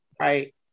right